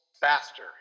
Faster